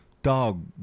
Dog